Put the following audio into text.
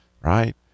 right